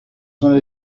son